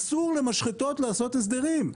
אסור למשחטות לעשות הסדרים,